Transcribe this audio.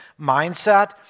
mindset